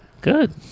Good